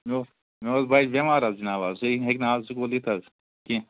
hello مےٚ اوس بچہِ بٮ۪مار حظ جِناب اَز سُہ ہیٚکہِ نہٕ اَز سکوٗل یِتھ حظ کیٚنٛہہ